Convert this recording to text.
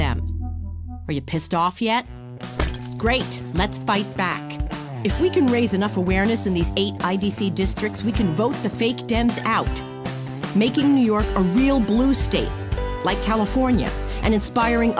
them are you pissed off yet great let's fight back if we can raise enough awareness in these eight i d c districts we can vote the fake dems out making new york a real blue state like california and inspiring